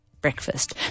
breakfast